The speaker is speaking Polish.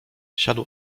siadł